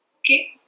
Okay